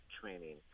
training